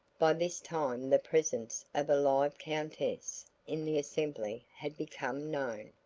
by this time the presence of a live countess in the assembly had become known,